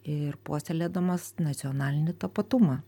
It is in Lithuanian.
ir puoselėdamas nacionalinį tapatumą